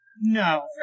No